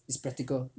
it's practical